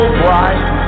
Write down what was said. bright